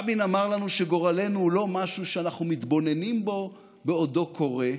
רבין אמר לנו שגורלנו הוא לא משהו שאנחנו מתבוננים בו בעודו קורה.